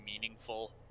meaningful